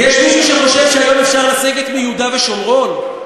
יש מישהו שחושב שהיום אפשר לסגת מיהודה ושומרון?